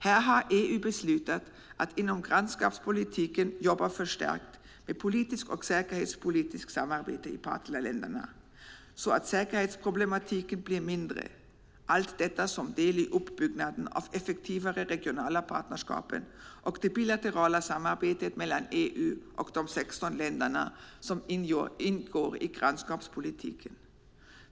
Här har EU beslutat att inom grannskapspolitiken förstärka det politiska och säkerhetspolitiska samarbetet med partnerländerna så att säkerhetsproblematiken blir mindre, allt detta som en del i uppbyggnaden av effektivare regionala partnerskap och det bilaterala samarbetet mellan EU och de 16 länder som ingår i grannskapspolitiken.